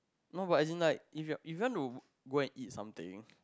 no but as in like if if you want to eat something